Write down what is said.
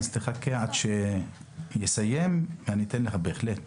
תחכה עד שעילם בנו יסיים ואז אתן לך בהחלט להתייחס.